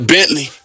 Bentley